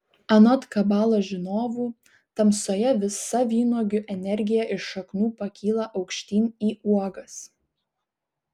anot kabalos žinovų tamsoje visa vynuogių energija iš šaknų pakyla aukštyn į uogas